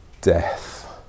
death